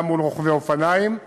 גם מול רוכבי אופניים.